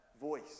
voice